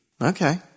Okay